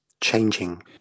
changing